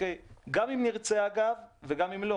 גם אם נרצה וגם אם לא.